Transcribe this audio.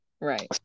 Right